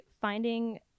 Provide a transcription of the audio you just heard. finding